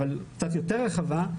אבל קצת יותר רחבה,